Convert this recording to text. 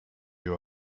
you